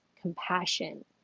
compassion